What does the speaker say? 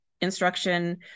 instruction